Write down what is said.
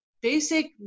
basic